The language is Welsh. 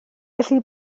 felly